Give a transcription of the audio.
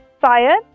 fire